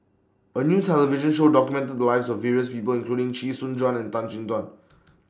A New television Show documented The Lives of various People including Chee Soon Juan and Tan Chin Tuan